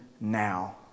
now